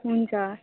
हुन्छ